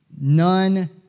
none